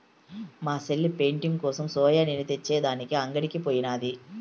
మా సెల్లె పెయింటింగ్ కోసం సోయా నూనె తెచ్చే దానికి అంగడికి పోయినాది